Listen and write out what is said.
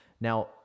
Now